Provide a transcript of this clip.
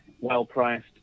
well-priced